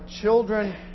children